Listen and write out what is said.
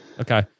Okay